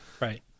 Right